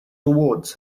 towards